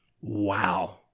Wow